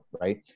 Right